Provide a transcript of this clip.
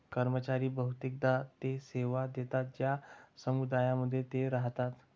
कर्मचारी बहुतेकदा ते सेवा देतात ज्या समुदायांमध्ये ते राहतात